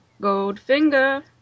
Goldfinger